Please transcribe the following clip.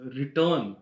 return